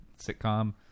sitcom